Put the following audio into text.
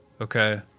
Okay